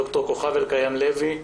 ד"ר כוכב אלקיים לוי,